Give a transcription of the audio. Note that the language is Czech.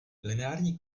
lineární